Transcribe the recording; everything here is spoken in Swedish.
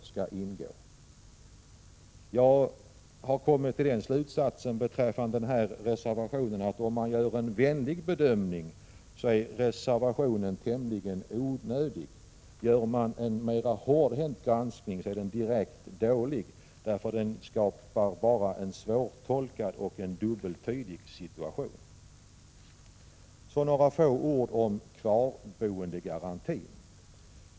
Beträffande reservation nr 19 har jag kommit till den slutsatsen att denna — om man nu gör en vänlig bedömning av densamma — är tämligen onödig. Om man gör en mera hårdhänt granskning, framstår den som direkt dålig, därför att förhållandena därmed blir svårtolkade och dubbeltydiga. Sedan några ord om kvarboendegarantin.